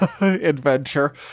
adventure